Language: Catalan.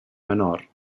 menor